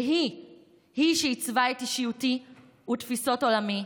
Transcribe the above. והיא-היא שעיצבה את אישיותי ואת תפיסות עולמי,